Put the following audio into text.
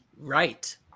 Right